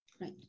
right